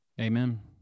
Amen